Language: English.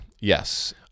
yes